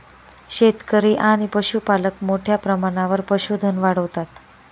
शेतकरी आणि पशुपालक मोठ्या प्रमाणावर पशुधन वाढवतात